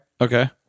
Okay